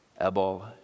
Ebal